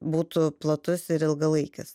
būtų platus ir ilgalaikis